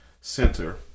Center